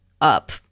up